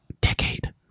decade